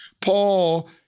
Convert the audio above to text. Paul